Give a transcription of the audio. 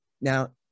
now